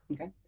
Okay